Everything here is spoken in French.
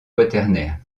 quaternaire